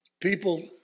People